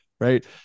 right